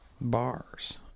Bars